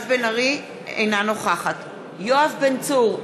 אינה נוכחת יואב בן צור,